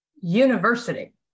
university